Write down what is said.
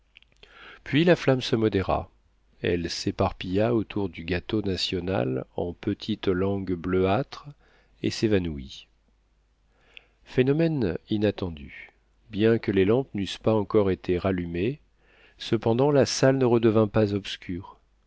puis la flamme se modéra elle s'éparpilla autour du gâteau national en petites langues bleuâtres et s'évanouit phénomène inattendu bien que les lampes n'eussent pas encore été rallumées cependant la salle ne redevint pas obscure